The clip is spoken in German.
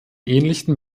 ähnlichen